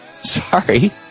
sorry